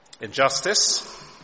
Injustice